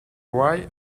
why